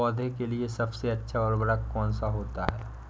पौधे के लिए सबसे अच्छा उर्वरक कौन सा होता है?